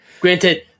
Granted